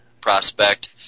prospect